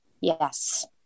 Yes